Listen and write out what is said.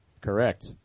Correct